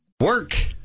Work